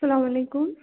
سلام علیکُم